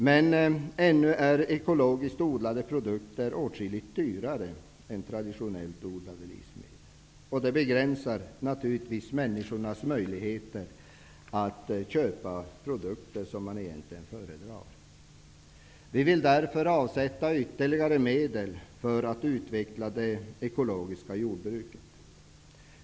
Men ännu är ekologiskt odlade produkter åtskilligt dyrare än traditionellt odlade livsmedel. Det begränsar naturligtvis människornas möligheter att köpa produkter som de egentligen föredrar. Vi vill därför avsätta ytterligare medel för att utveckla det ekologiska jordbruket.